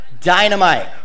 Dynamite